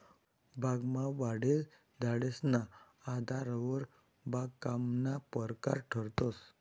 बागमा वाढेल झाडेसना आधारवर बागकामना परकार ठरतंस